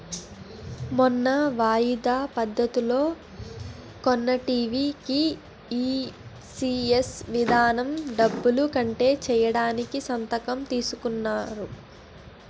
మొన్న వాయిదా పద్ధతిలో కొన్న టీ.వి కీ ఈ.సి.ఎస్ విధానం డబ్బులు కట్ చేయడానికి సంతకం తీసుకున్నారు